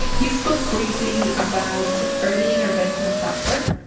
you spoke briefly about early intervention software,